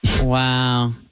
Wow